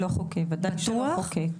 לא, בוודאי שלא חוקי.